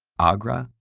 agra,